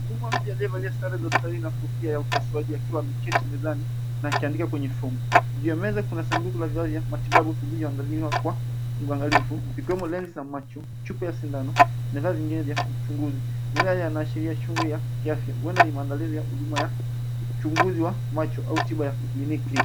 Mhudumu huyo aliyevaa sare za hospitali na kofia ya upasuaji akiwa ameketi mezani na akiandika kwenye fomu. Juu ya meza kuna sanduku la vifaa vya matibabu viliyoandaliwa kwa uangalifu, vikiwemo lenzi za macho, chupa ya sindano, na vifaa vingine vya uchunguzi. Mazingira yanaashiria shughuli ya kiafya, huenda ni maandalizi ya huduma ya uchunguzi wa macho au tiba ya kliniki.